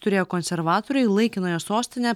turėję konservatoriai į laikinąją sostinę